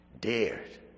dared